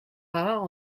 rare